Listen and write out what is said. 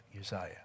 Uzziah